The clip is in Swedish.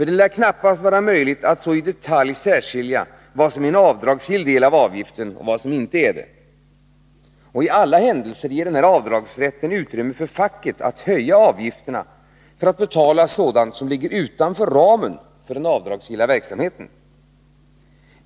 Det lär knappast vara möjligt att så i detalj särskilja vad som är en avdragsgill del av avgiften och vad som inte är det. I alla händelser ger avdragsrätten utrymme för facket att höja avgifterna för att betala sådant som ligger utanför ramen för den avdragsgilla verksamheten.